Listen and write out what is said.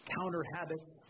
counter-habits